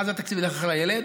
מה זה שהתקציב ילך אחרי הילד?